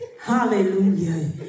hallelujah